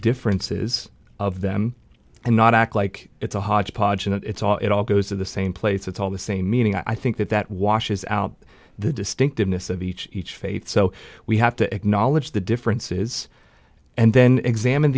differences of them and not act like it's a hodgepodge and it's all it all goes to the same place it's all the same meaning i think that that washes out the distinctiveness of each each faith so we have to acknowledge the differences and then examine